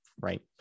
Right